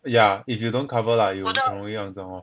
yeah if you don't cover lah 有很容易肮脏 lor